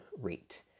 rate